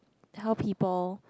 how people